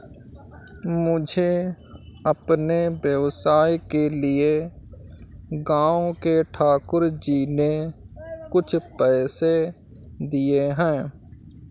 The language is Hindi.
मुझे अपने व्यवसाय के लिए गांव के ठाकुर जी ने कुछ पैसे दिए हैं